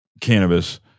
cannabis